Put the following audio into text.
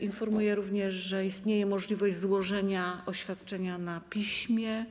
Informuję również, że istnieje możliwość złożenia oświadczenia na piśmie.